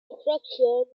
attractions